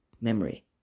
memory